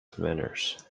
manners